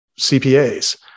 CPAs